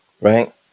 right